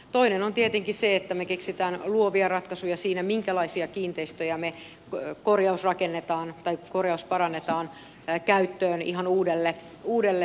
toinen on tietenkin se että me keksimme luovia ratkaisuja siinä minkälaisia kiinteistöjä me korjausrakennamme tai korjausparannamme käyttöön ihan uudelle käyttötarkoitukselle